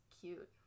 cute